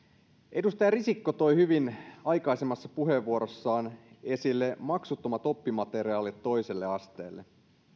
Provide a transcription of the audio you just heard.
edustaja risikko toi hyvin aikaisemmassa puheenvuorossaan esille maksuttomat oppimateriaalit toiselle asteelle